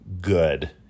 good